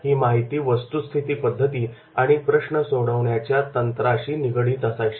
ही माहिती वस्तुस्थिती पद्धती आणि प्रश्न सोडवण्याच्या तंत्राशी निगडित असायची